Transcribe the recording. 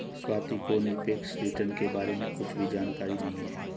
स्वाति को निरपेक्ष रिटर्न के बारे में कुछ भी जानकारी नहीं है